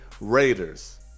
Raiders